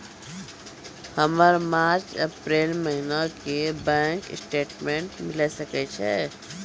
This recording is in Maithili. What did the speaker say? हमर मार्च अप्रैल महीना के बैंक स्टेटमेंट मिले सकय छै?